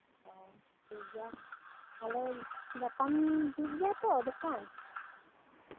ᱴᱷᱤᱠ ᱜᱮᱭᱟ ᱛᱟᱦᱞᱮ ᱜᱟᱯᱟᱢ ᱡᱷᱤᱡᱽ ᱜᱮᱭᱟ ᱛᱚ ᱫᱚᱠᱟᱱ